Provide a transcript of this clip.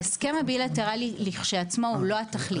ההסכם הבילטרלי כשלעצמו הוא לא התכלית.